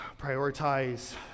prioritize